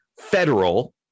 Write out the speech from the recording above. federal